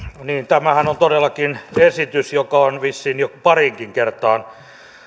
niin tämähän on todellakin esitys joka on vissiin jo pariinkin kertaan